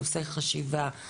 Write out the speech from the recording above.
דפוסי חשיבה.